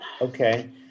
Okay